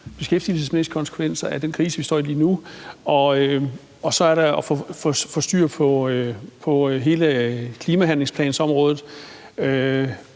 beskæftigelsesmæssige konsekvenser af den krise, vi står i lige nu, og så er det at få styr på hele klimahandlingsplanområdet.